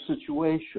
situation